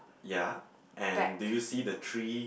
ya and do you see the three